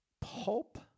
Pulp